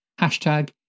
hashtag